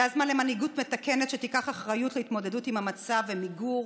זה הזמן למנהיגות מתקנת שתיקח אחריות על התמודדות עם המצב למיגור